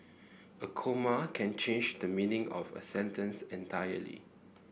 a comma can change the meaning of a sentence entirely